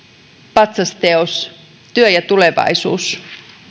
patsasteos työ ja tulevaisuus